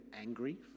angry